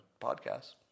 podcasts